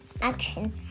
action